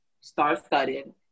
star-studded